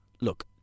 Look